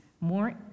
more